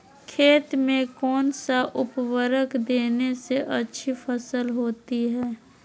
खेत में कौन सा उर्वरक देने से अच्छी फसल होती है?